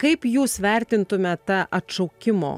kaip jūs vertintumėt tą atšaukimo